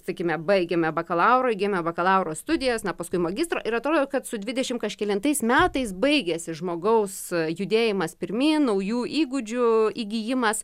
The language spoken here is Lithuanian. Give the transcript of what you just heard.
sakykime baigiame bakalaurą įgijome bakalauro studijas na paskui magistro ir atrodo kad su dvidešimt kažkelintais metais baigiasi žmogaus judėjimas pirmyn naujų įgūdžių įgijimas